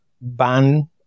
ban